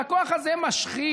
והכוח הזה משחית,